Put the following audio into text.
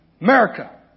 America